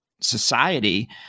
society